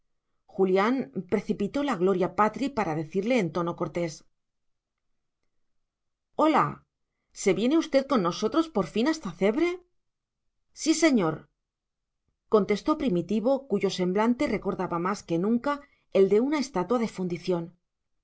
julián precipitó el gloria patri para decirle en tono cortés hola se viene usted con nosotros por fin hasta cebre sí señor contestó primitivo cuyo semblante recordaba más que nunca el de una estatua de fundición